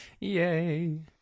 Yay